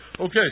Okay